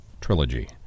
Trilogy